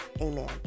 Amen